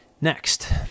Next